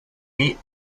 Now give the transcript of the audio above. meat